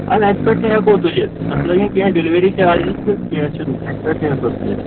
اَدٕ اَتہِ پٮ۪ٹھ تہِ ہٮ۪کو تُلِتھ اَتھ لَگَن کیٚنٛہہ ڈِلؤری چارجِز تہٕ کیٚنٛہہ چھُنہٕ اَتہِ پٮ۪ٹھ تہِ ہٮ۪کو تُلِتھ